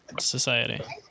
society